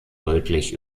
rötlich